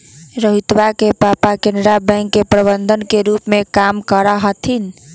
रोहितवा के पापा केनरा बैंक के प्रबंधक के रूप में काम करा हथिन